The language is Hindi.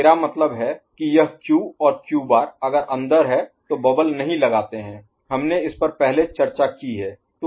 मेरा मतलब है कि यह क्यू और क्यू बार अगर अंदर है तो बबल नहीं लगाते हैं हमने इस पर पहले चर्चा की है